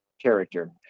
character